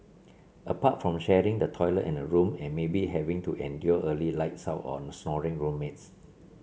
apart from sharing the toilet and a room and maybe having to endure early lights out on snoring roommates